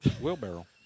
Wheelbarrow